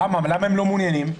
למה הם לא מעוניינים?